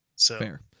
Fair